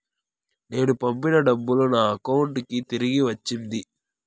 నేను పంపిన డబ్బులు నా అకౌంటు కి తిరిగి వచ్చింది